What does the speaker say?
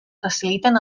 faciliten